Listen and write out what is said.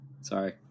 Sorry